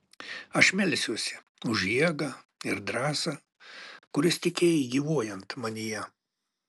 aš melsiuosi už jėgą ir drąsą kurias tikėjai gyvuojant manyje